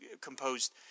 composed